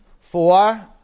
Four